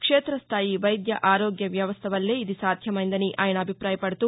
క్షేతస్థాయి వైద్య ఆరోగ్య వ్యవస్థ వల్లే ఇది సాధ్యమైందని ఆయన అభిప్రాయపడుతూ